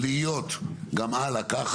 ומאחר שיש לי הרגשה שזה הולך להיות גם הלאה ככה,